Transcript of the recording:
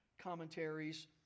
commentaries